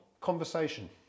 Conversation